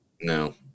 No